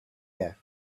air